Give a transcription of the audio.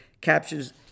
captures